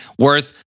worth